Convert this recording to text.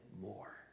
more